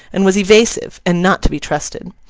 and was evasive, and not to be trusted.